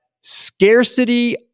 scarcity